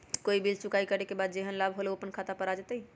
कोई बिल चुकाई करे के बाद जेहन लाभ होल उ अपने खाता पर आ जाई?